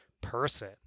person